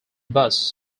bus